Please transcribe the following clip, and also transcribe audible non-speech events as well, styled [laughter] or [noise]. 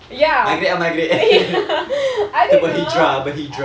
ya ya [laughs] I don't know